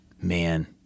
Man